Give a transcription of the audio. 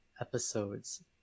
episodes